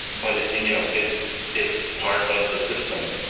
but ah you know it's it's part of the system.